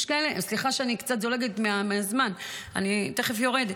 סליחה שאני קצת זולגת מהזמן, אני תכף יורדת.